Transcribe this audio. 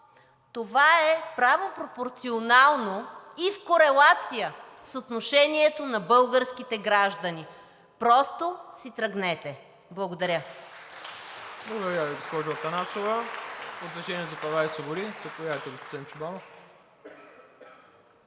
това е правопропорционално и в корелация с отношението на българските граждани. Просто си тръгнете! Благодаря.